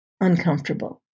uncomfortable